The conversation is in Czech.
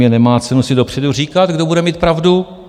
Podle mě nemá cenu si dopředu říkat, kdo bude mít pravdu.